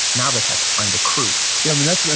now they had to find a crew yeah, i mean that's,